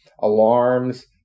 alarms